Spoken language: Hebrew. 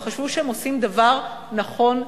הם חשבו שהם עושים דבר נכון וטוב,